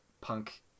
punk